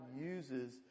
uses